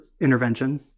intervention